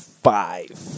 Five